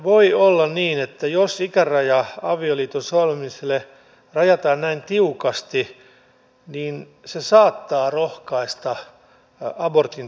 voi olla niin että jos ikäraja avioliiton solmimiselle rajataan näin tiukasti niin se saattaa rohkaista abortin tekemiseen